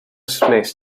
smith